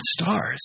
stars